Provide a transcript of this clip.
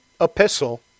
epistle